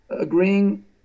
agreeing